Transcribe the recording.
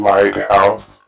Lighthouse